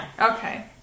Okay